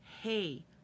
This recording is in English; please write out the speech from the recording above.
Hey